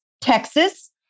Texas